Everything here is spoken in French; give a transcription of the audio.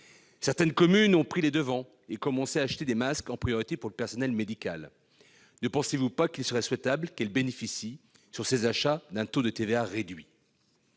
Certaines communes ont pris les devants et ont commencé à acheter des masques, en priorité pour le personnel médical. Ne pensez-vous pas qu'il serait souhaitable qu'elles bénéficient pour ces achats d'un taux de TVA réduit ?